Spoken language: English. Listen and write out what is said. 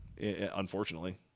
unfortunately